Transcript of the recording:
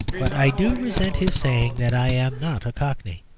but i do resent his saying that i am not a cockney.